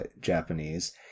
Japanese